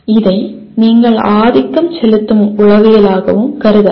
இதை நீங்கள் ஆதிக்கம் செலுத்தும் உளவியலாகவும் கருதலாம்